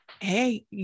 hey